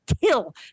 kill